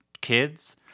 kids